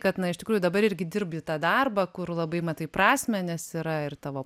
kad na iš tikrųjų dabar irgi dirbi tą darbą kur labai matai prasmę nes yra ir tavo